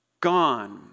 gone